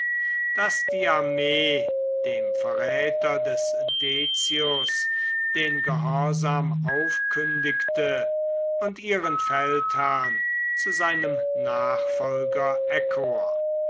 die armee dem verräter des decius den gehorsam aufkündigte und ihren feldherrn zu seinem nachfolger erkor